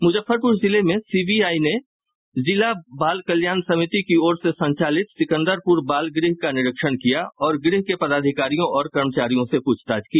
मुजफ्फरपुर जिले में सीबीआई ने जिला बाल कल्याण समिति की ओर से संचालित सिकंदरपुर बाल गृह का निरीक्षण किया और गृह के पदाधिकारियों और कर्मचारियों से पूछताछ की